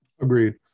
Agreed